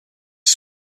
his